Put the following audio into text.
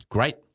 Great